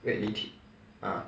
wait ah